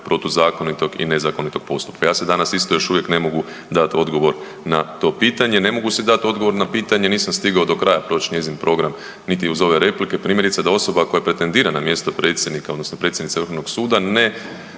protuzakonitog i nezakonitog postupka. Ja si danas isto još uvijek ne mogu dat odgovor na to pitanje, ne mogu si dat odgovor na pitanje, nisam stigao do kraja proć njezin program niti uz ove replike, primjerice da osoba koja pretendira na mjesto predsjednika odnosno predsjednice Vrhovnog suda, ne